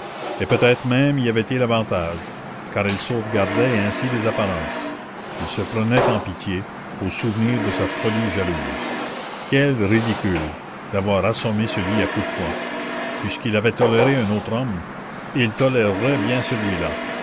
et peut-être même y avait-il avantage car elle sauvegardait ainsi les apparences il se prenait en pitié au souvenir de sa folie jalouse quel ridicule d'avoir assommé ce lit à coups de poing puisqu'il avait toléré un autre homme il tolérerait bien celui-là